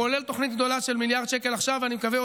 כולל תוכנית גדולה של מיליארד שקל עכשיו ואני מקווה שעוד